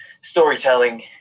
storytelling